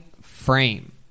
frame